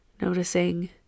noticing